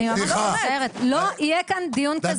אני ממש מצטערת, לא יהיה כאן דיון כזה.